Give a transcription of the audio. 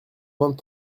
vingt